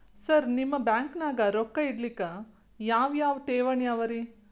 Sir ನಿಮ್ಮ ಬ್ಯಾಂಕನಾಗ ರೊಕ್ಕ ಇಡಲಿಕ್ಕೆ ಯಾವ್ ಯಾವ್ ಠೇವಣಿ ಅವ ರಿ?